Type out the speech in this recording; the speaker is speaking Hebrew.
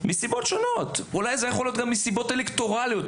מסיבות שונות זה יכול להיות אפילו מסיבות אלקטורליות,